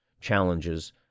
challenges